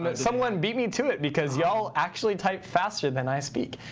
but someone beat me to it, because y'all actually type faster than i speak.